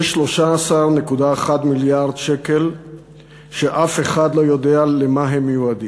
יש 13.1 מיליארד שקל שאף אחד לא יודע למה הם מיועדים.